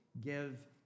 give